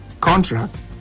contract